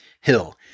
Hill